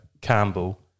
Campbell